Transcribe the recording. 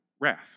wrath